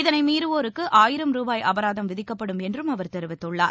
இதனை மீறுவோருக்கு ஆயிரம் ருபாய் அபராதம் விதிக்கப்படும் என்று அவர் தெரிவித்துள்ளார்